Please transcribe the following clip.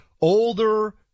older